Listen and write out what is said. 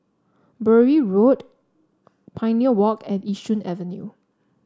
Bury Road Pioneer Walk and Yishun Avenue